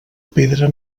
pedra